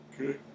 Okay